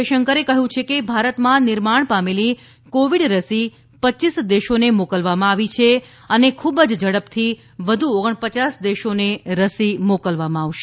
જયશંકરે કહ્યું છે કે ભારતમાં નિર્માણ પામેલી કોવિડ રસી પચ્ચીસ દેશોને મોકલવામાં આવી છે અને ખૂબ જ ઝડપથી વધુ ઓગણપયાસ દેશોને રસી મોકલવામાં આવશે